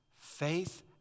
faith